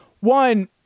One